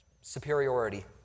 superiority